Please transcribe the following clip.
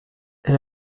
elle